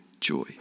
joy